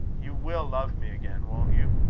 you will love me again, won't you?